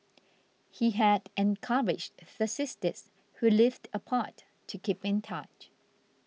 he had encouraged the sisters who lived apart to keep in touch